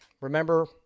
remember